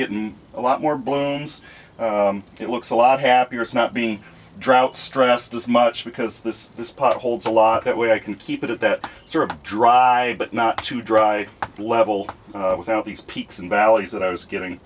getting a lot more blooms it looks a lot happier it's not being drought stressed as much because this this pot holds a lot that way i can keep it at that sort of dry but not too dry level without these peaks and valleys that i was getting